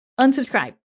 Unsubscribe